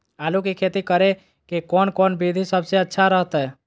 आलू की खेती करें के कौन कौन विधि सबसे अच्छा रहतय?